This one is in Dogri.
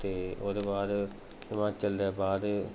ते ओह्दे बाद हिमाचल दे बाद